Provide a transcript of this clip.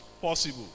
possible